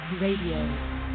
Radio